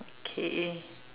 okay